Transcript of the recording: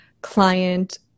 client